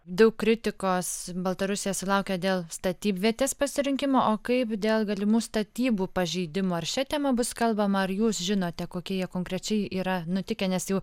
daug kritikos baltarusija sulaukė dėl statybvietės pasirinkimo o kaip dėl galimų statybų pažeidimų ar šia tema bus kalbama ar jūs žinote kokie jie konkrečiai yra nutikę nes jau